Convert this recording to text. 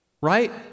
right